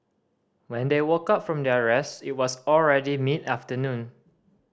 when they woke up from their rest it was already mid afternoon